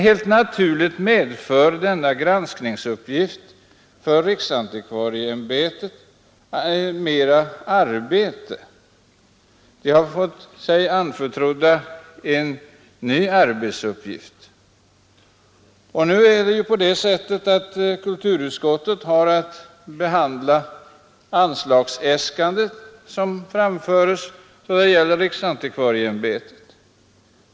Helt naturligt medför denna granskningsuppgift mera arbete för riksantikvarieämbetet — ämbetet får sig en ny arbetsuppgift anförtrodd. Kulturutskottet har ju att behandla riksantikvarieämbetets anslagsäskanden.